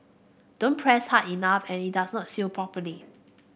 don't press hard enough and it does not seal properly